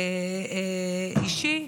אישי,